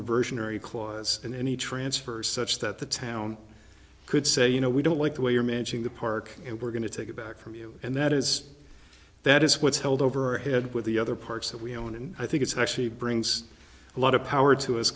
reversionary clause in any transfers such that the town could say you know we don't like the way you're managing the park and we're going to take it back from you and that is that is what's held over ahead with the other parts that we own and i think it's actually brings a lot of power to us